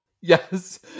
Yes